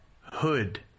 Hood